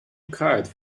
kite